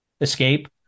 Escape